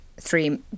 three